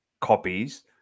copies